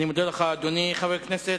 אני מודה לך, אדוני חבר הכנסת.